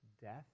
death